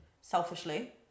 selfishly